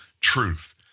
Truth